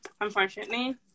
unfortunately